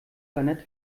seiner